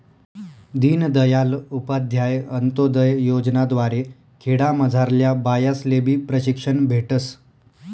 दीनदयाल उपाध्याय अंतोदय योजना द्वारे खेडामझारल्या बायास्लेबी प्रशिक्षण भेटस